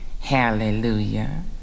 Hallelujah